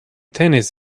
tennis